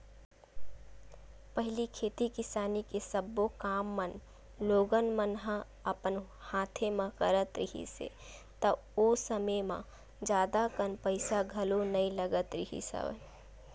पहिली खेती किसानी के सब्बो काम मन लोगन मन ह अपन हाथे म करत रिहिस हे ता ओ समे म जादा कन पइसा घलो नइ लगत रिहिस हवय